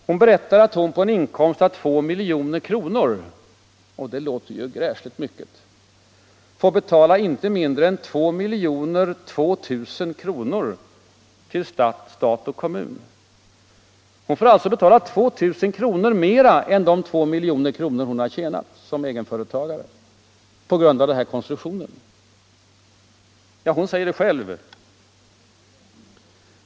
Hon berättar att hon på en inkomst av 2 milj.kr. — och det låter ju gräsligt mycket — får betala inte mindre än 2 002 000 kr. till stat och kommun. Hon får alltså på grund av denna konstruktion betala 2000 kronor mera än de 2 milj.kr. hon har tjänat som egenföretagare. Hon säger det själv.